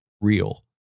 real